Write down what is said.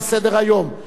רבותי חברי הכנסת,